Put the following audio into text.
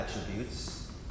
attributes